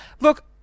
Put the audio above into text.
Look